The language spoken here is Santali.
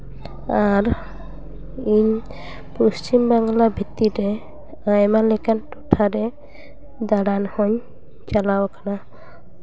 ᱟᱨ ᱤᱧ ᱯᱚᱥᱪᱤᱢ ᱵᱟᱝᱞᱟ ᱵᱷᱤᱛᱤᱨ ᱨᱮ ᱟᱭᱢᱟ ᱞᱮᱠᱟᱱ ᱴᱚᱴᱷᱟᱨᱮ ᱫᱟᱬᱟᱱ ᱦᱚᱸᱧ ᱪᱟᱞᱟᱣ ᱟᱠᱟᱱᱟ